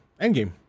Endgame